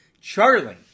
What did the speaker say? Charlie